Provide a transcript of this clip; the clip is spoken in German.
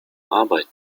arbeit